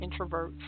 introverts